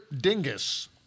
dingus